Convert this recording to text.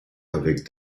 avec